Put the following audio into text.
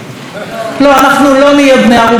לא, אנחנו לא נהיה בני ערובה של הפלסטינים.